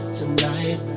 tonight